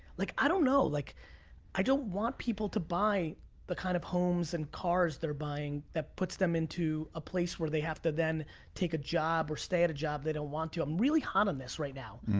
like i don't know, like i don't want people to buy the kind of homes and cars they're buying that puts them into a place where they have to then take a job or stay at a job they don't want to. i'm really hot on this right now.